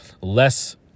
Less